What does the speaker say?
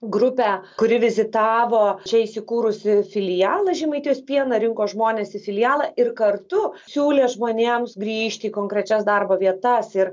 grupę kuri vizitavo čia įsikūrusį filialą žemaitijos pieno rinko žmones į filialą ir kartu siūlė žmonėms grįžti į konkrečias darbo vietas ir